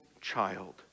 child